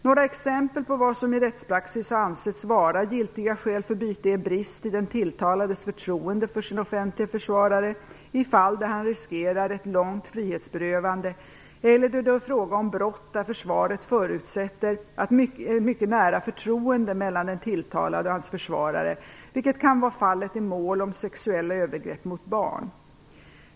Några exempel på vad som i rättspraxis har ansetts vara giltiga skäl för ett byte är brist i den tilltalades förtroende för sin offentlige försvarare i fall där han riskerar ett långt frihetsberövande eller då det är fråga om brott där försvaret förutsätter ett mycket nära förtroende mellan den tilltalade och hans försvarare, vilket kan vara fallet i mål om sexuella övergrepp mot barn.